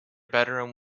bedroom